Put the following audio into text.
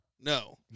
No